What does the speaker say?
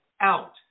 out